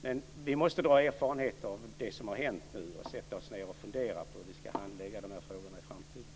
Men vi måste dra erfarenheter av det som har hänt nu och sätta oss ned och fundera på hur vi ska handlägga de här frågorna i framtiden.